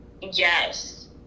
Yes